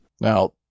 Now